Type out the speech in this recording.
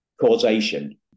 Causation